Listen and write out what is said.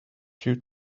due